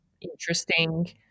interesting